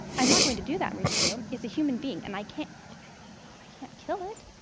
i'm not going to do that, mauricio. it's a human being, and i can't i can't kill it.